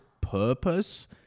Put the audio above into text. purpose